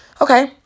Okay